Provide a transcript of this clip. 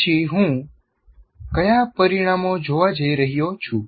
પછી હું કયા પરિણામો જોવા જઈ રહ્યો છું